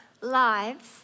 lives